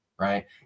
right